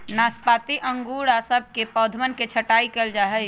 नाशपाती अंगूर और सब के पौधवन के छटाई कइल जाहई